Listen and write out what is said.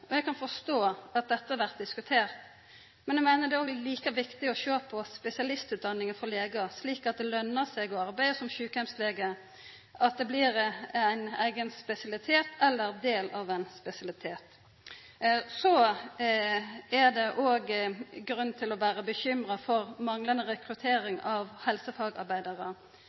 sjukeheimar. Eg kan forstå at dette blir diskutert. Men eg meiner det er like viktig å sjå på spesialistutdanninga for legar, slik at det løner seg å arbeida som sjukeheimslege – at det blir ein eigen spesialitet eller del av ein spesialitet. Det er òg grunn til å vera bekymra for manglande rekruttering av helsefagarbeidarar.